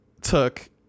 took